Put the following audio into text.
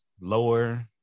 lower